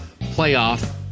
Playoff